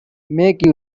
make